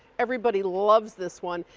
everybody loves this one.